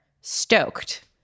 stoked